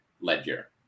Ledger